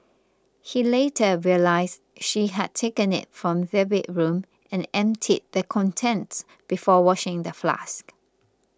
he later realised she had taken it from their bedroom and emptied the contents before washing the flask